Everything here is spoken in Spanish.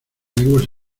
lenguas